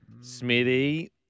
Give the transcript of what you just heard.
Smithy